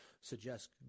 suggest